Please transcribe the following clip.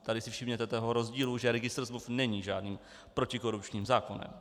Tady si všimněte toho rozdílu, že registr smluv není žádným protikorupčním zákonem.